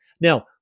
Now